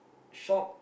shop